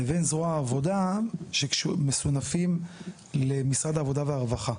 לבין זרוע העבודה שמסונפים למשרד העבודה והרווחה.